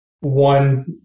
One